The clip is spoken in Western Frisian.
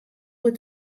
oer